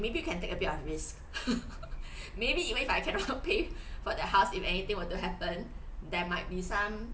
maybe you can take a bit of risk maybe if I cannot pay for the house if anything were to happen there might be some